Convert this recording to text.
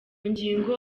ngingo